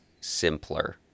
simpler